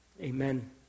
Amen